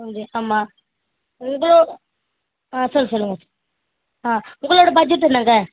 வந்து ஆமாம் உங்களோடய ஆ சரி சொல்லுங்கள் ஆ உங்களோடய பட்ஜெட் என்னங்க